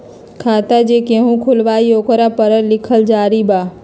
खाता जे केहु खुलवाई ओकरा परल लिखल जरूरी वा?